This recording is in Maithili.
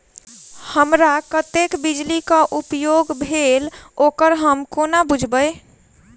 हमरा कत्तेक बिजली कऽ उपयोग भेल ओकर हम कोना बुझबै?